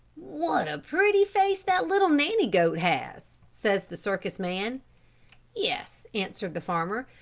what a pretty face that little nanny goat has, said the circus-man. yes, answered the farmer,